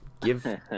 give